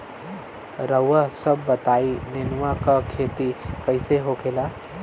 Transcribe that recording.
रउआ सभ बताई नेनुआ क खेती कईसे होखेला?